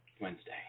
Wednesday